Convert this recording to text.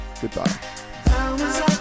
goodbye